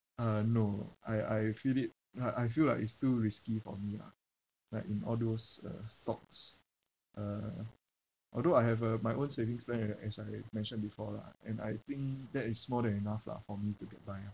uh no I I feel it uh I feel like it's too risky for me lah like in all those uh stocks uh although I have uh my own savings bank uh as I mentioned before lah and I think that is more than enough lah for me to get by ah